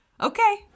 Okay